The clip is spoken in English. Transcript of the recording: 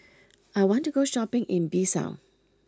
I want to go shopping in Bissau